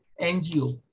NGO